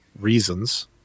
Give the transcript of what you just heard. reasons